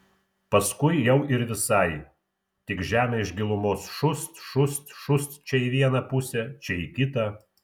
paskui jau ir visai tik žemė iš gilumos šūst šūst šūst čia į vieną pusę čia į kitą